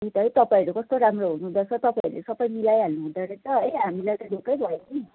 त्यही त है तपाईँहरू कस्तो राम्रो हुनुहुँदोरहेछ तपाईँहरूले सबै मिलाइहाल्नु हुँदोरहेछ है हामीलाई त ढुक्कै भयो नि